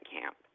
camp